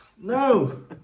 No